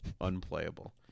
unplayable